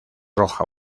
roja